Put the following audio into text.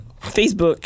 Facebook